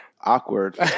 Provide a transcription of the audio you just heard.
Awkward